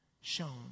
shown